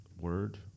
word